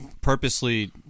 purposely